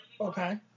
Okay